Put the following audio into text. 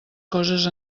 coses